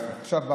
עכשיו,